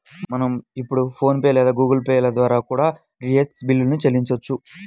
మనం ఇప్పుడు PhonePe లేదా గుగుల్ పే ల ద్వారా కూడా డీటీహెచ్ బిల్లుల్ని చెల్లించొచ్చు